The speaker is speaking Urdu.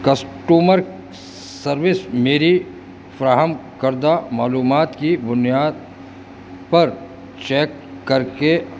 کسٹومر سروس میری فراہم کردہ معلومات کی بنیاد پر چیک کر کے